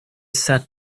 sat